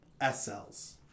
S-cells